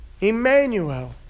Emmanuel